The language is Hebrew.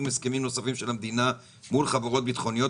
הסכמים נוספים של המדינה מול חברות ביטחוניות.